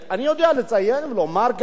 אני יודע לציין ולומר גם: